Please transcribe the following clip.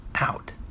out